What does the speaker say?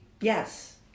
yes